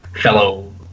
fellow